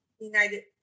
United